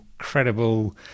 incredible